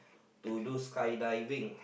to do sky diving